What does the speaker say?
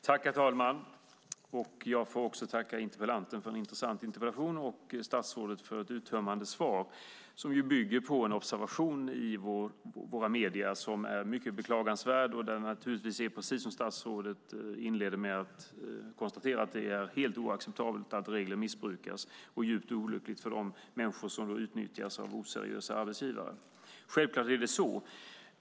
Herr talman! Jag vill tacka interpellanten för en intressant interpellation och statsrådet för ett uttömmande svar. Det hela bygger på en observation i våra medier som är mycket beklagansvärd, och precis som statsrådet inledde med att konstatera är det helt oacceptabelt att regler missbrukas och djupt olyckligt för de människor som utnyttjas av oseriösa arbetsgivare. Självklart är det så.